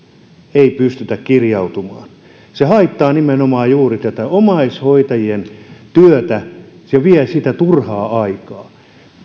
ei pystytä kirjautumaan se haittaa nimenomaan juuri tätä omaishoitajien työtä se vie turhaa aikaa